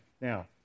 Now